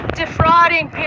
defrauding